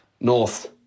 North